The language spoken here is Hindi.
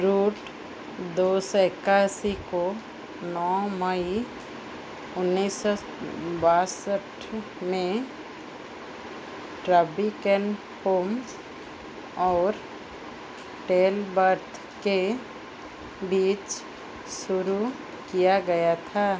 रूट दो सौ इक्कासी को नौ मई उन्नीस सौ बासठ में ट्वावी केन होम्स और टेलवर्थ के बीच शुरू किया गया था